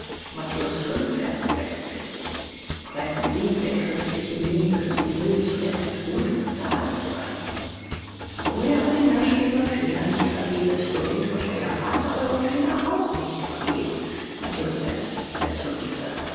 der christlichen liebe sie will zuletzt gut bezahlt sein wo ihr aber den menschen ihre fehler nicht vergebet so wird euch euer vater eure fehler auch nicht vergeben